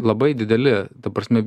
labai dideli ta prasme